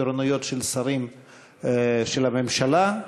תורנויות של שרים של הממשלה,